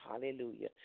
hallelujah